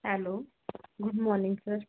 hello good morning sir